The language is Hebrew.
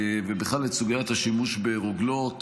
ובכלל את סוגית השימוש ברוגלות,